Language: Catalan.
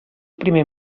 primer